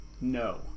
No